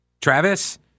Travis